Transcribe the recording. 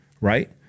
right